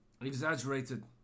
exaggerated